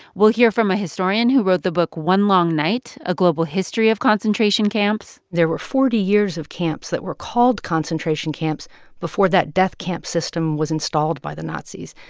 we'll hear from a historian who wrote the book one long night a global history of concentration camps. there were forty years of camps that were called concentration camps before that death camp system was installed by the nazis.